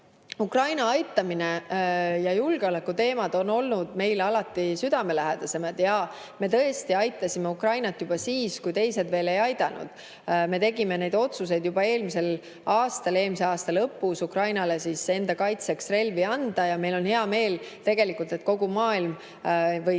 Ukraina aitamine ja julgeolekuteemad on olnud meile alati südamelähedased. Me tõesti aitasime Ukrainat juba siis, kui teised veel ei aidanud. Me tegime need otsuseid juba eelmisel aastal, eelmise aasta lõpus, anda Ukrainale enda kaitseks relvi ja meil on hea meel, et kogu maailm või,